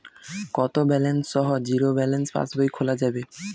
কত ব্যালেন্স সহ zero balance পাসবই খোলা যাবে?